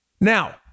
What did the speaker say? Now